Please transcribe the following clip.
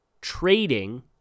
trading